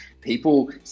people